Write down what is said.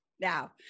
Now